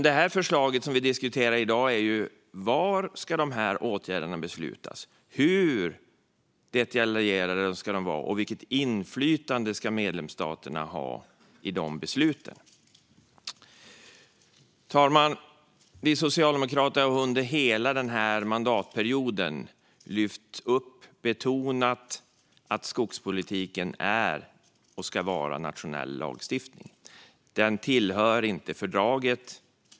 Det förslag vi diskuterar i dag handlar dock om var dessa åtgärder ska beslutas, hur detaljerade de ska vara och vilket inflytande medlemsstaterna ska ha i besluten. Herr talman! Vi socialdemokrater har under hela mandatperioden lyft upp och betonat att skogspolitiken är och ska vara nationell lagstiftning. Den tillhör inte fördraget.